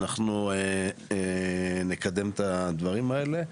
אנחנו נקדם את הדברים האלה.